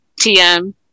TM